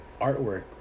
artwork